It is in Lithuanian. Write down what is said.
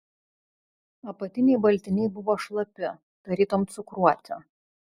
apatiniai baltiniai buvo šlapi tarytum cukruoti